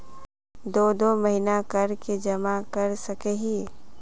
दो दो महीना कर के जमा कर सके हिये?